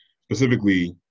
specifically